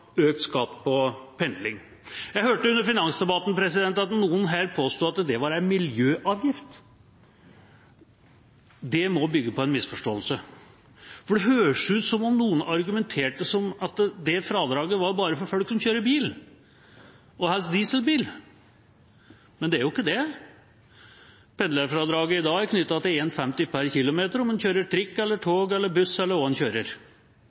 økt skatt på pendling. Jeg hørte under finansdebatten at noen her påsto at det var en miljøavgift. Det må bygge på en misforståelse. For det høres ut som om noen argumenterer med at det fradraget bare var for folk som kjører bil – og helst dieselbil. Men det er jo ikke det. Pendlerfradraget i dag er knyttet til 1,50 kr per km – om en kjører trikk eller tog eller buss eller hva en kjører.